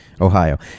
Ohio